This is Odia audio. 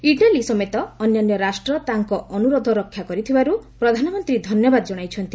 ଇଟାଲୀ ସମେତ ଅନ୍ୟାନ୍ୟ ରାଷ୍ଟ୍ର ତାଙ୍କ ଅନୁରୋଧ ରକ୍ଷା କରିଥିବାରୁ ପ୍ରଧାନମନ୍ତ୍ରୀ ଧନ୍ୟବାଦ କ୍ଷଣାଇଛନ୍ତି